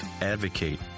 Advocate